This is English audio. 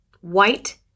white